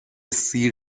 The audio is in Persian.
سیر